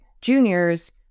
juniors